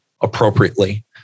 appropriately